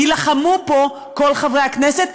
יילחמו פה כל חברי הכנסת.